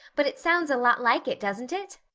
but it sounds a lot like it, doesn't it?